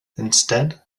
instead